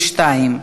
התקבלה.